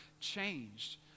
changed